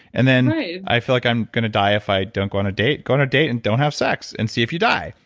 and i i feel like i'm going to die if i don't go on a date. go on date and don't have sex and see if you die.